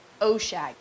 Oshag